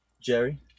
Jerry